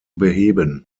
beheben